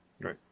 Right